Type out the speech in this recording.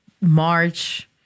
March